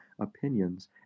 opinions